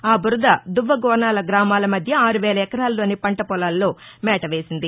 ఆ బురద దువ్వ కోనాల గ్రామాల మధ్య ఆరు వేల ఎకరాలలోని పంట పొలాల్లో మేట వేసింది